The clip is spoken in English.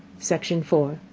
section four.